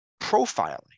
profiling